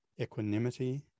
equanimity